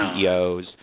CEOs